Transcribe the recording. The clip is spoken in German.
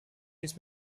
dies